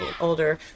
older